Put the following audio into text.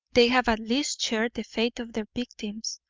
they have at least shared the fate of their victims.